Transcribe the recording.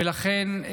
ולכן,